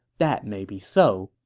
that may be so,